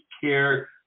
care